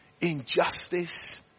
injustice